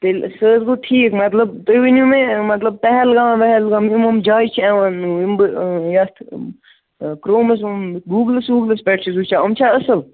تیٚلہِ سُہ حظ گوٚو ٹھیٖک مطلب تُہۍ ؤنِو مےٚ مطلب پہلگام وہلگام یِم یِم جایہِ چھِ یِوان یِم بہٕ یَتھ کرٛومَس گوٗگلٕس ووٗگلٕس پٮ۪ٹھ چھُس وُچھان یِم چھا اَصٕل